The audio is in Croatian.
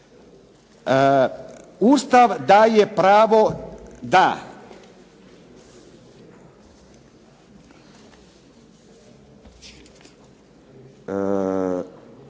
Ustav daje pravo da